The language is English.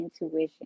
intuition